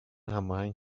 هماهنگ